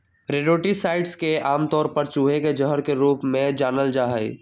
rodenticides के आमतौर पर चूहे के जहर के रूप में जानल जा हई